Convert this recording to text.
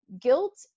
Guilt